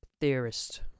theorist